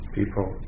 people